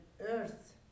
earth